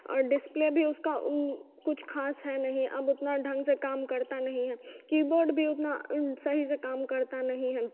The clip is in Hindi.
और डिस्प्ले भी उसका कुछ खास है नहीं अब उतना ढंग से काम करता नहीं है कीबोर्ड भी उतना सही से काम करता नहीं है